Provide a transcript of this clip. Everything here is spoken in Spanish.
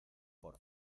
por